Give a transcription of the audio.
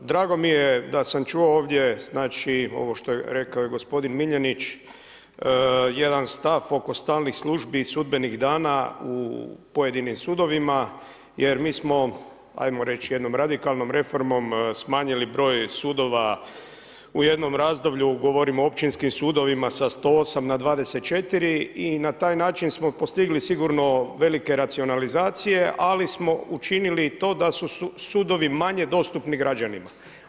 Drago mi je da sam čuo ovdje znači ovo što je rekao i gospodin Miljenić jedan stav oko stalnih službi i sudbenih dana u pojedinim sudovima jer mi smo ajmo reći jednom radikalnom reformom smanjili broj sudova u jednom razdoblju, govorim o općinskim sudovima sa 108 na 24 i na taj način smo postigli sigurno velike racionalizacije ali smo učinili i to da su sudovi manje dostupni građanima.